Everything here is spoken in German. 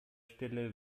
stelle